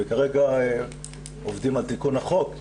וכרגע עובדים על תיקון החוק.